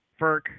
Ferk